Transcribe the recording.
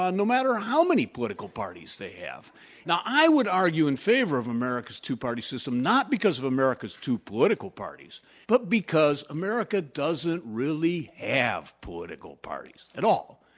ah no matter how many political parties they have now, i would argue in favor of america's two-party system not because of america's two political parties but because america doesn't really have political parties at all.